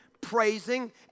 praising